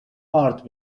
ارد